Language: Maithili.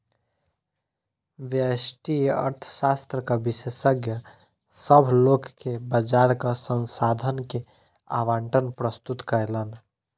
व्यष्टि अर्थशास्त्रक विशेषज्ञ, सभ लोक के बजारक संसाधन के आवंटन प्रस्तुत कयलैन